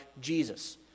Jesus